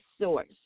source